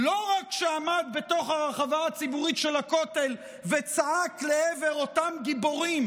לא רק שעמד בתוך הרחבה הציבורית של הכותל וצעק לעבר אותם גיבורים